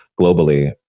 globally